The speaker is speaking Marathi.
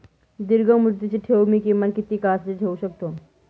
दीर्घमुदतीचे ठेव मी किमान किती काळासाठी ठेवू शकतो?